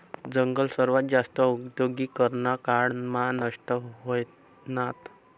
जंगल सर्वात जास्त औद्योगीकरना काळ मा नष्ट व्हयनात